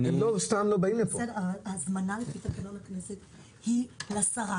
ההזמנה היא לשרה,